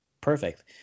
perfect